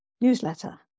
newsletter